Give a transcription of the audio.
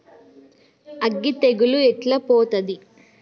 అగ్గి తెగులు ఎట్లా పోతది?